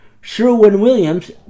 Sherwin-Williams